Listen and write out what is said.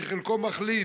שחלקו מחליד,